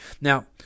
Now